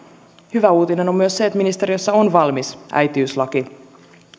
hyvä uutinen on myös se että ministeriössä on valmis äitiyslaki